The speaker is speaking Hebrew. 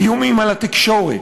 איומים על התקשורת,